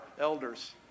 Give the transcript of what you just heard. elders